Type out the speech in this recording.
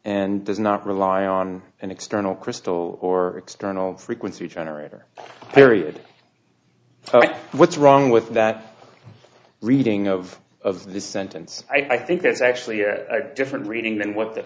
and does not rely on an external crystal or external frequency generator period so what's wrong with that reading of of the sentence i think that's actually a different reading than what the